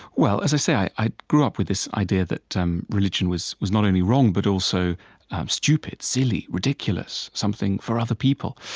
well, as i say, i i grew up with this idea that um religion was was not only wrong, but also stupid, silly, ridiculous, something for other people.